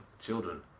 Children